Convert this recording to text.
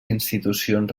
institucions